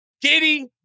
Giddy